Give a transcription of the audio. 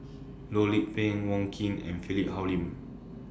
Loh Lik Peng Wong Keen and Philip Hoalim